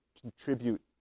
contribute